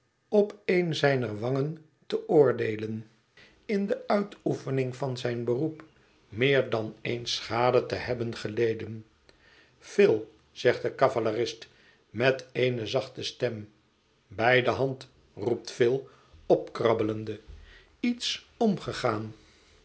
op een zijner wangen te oordeelen in de uitoefening van zijn beroep meer dan eens schade te hebben geleden phil zegt de cavalerist met eene zachte stem bij de hand roept phil opkrabbelende iets omgegaan